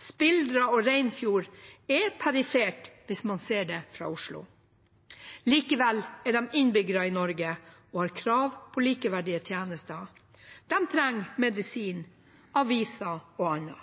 Spildra og Reinfjord er perifert hvis man ser det fra Oslo. Likevel er de innbyggere i Norge og har krav på likeverdige tjenester. De trenger